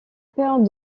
père